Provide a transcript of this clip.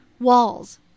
walls